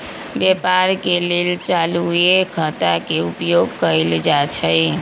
व्यापार के लेल चालूये खता के उपयोग कएल जाइ छइ